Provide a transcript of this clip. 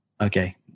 Okay